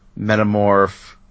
Metamorph